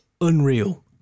unreal